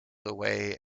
away